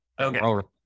Okay